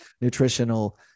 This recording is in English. nutritional